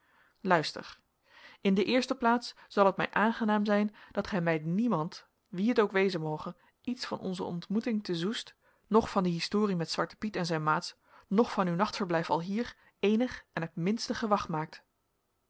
luister in de eerste plaats zal het mij aangenaam zijn dat gij bij niemand wie het ook wezen moge iets van onze ontmoeting te soest noch van die historie met zwarten piet en zijn maats noch van uw nachtverblijf alhier eenig en het minste gewag maakt